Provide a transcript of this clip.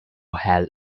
held